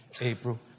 April